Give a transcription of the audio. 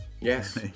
Yes